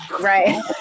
Right